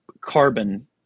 carbon